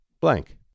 blank